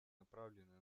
направлены